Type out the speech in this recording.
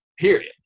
period